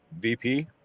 VP